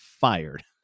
fired